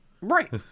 Right